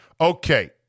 Okay